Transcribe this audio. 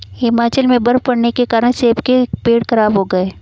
हिमाचल में बर्फ़ पड़ने के कारण सेब के पेड़ खराब हो गए